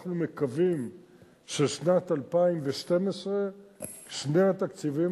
ואנחנו מקווים שבשנת 2012 שני התקציבים